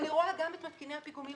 ואני רואה גם את מתקיני הפיגומים,